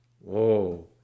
Whoa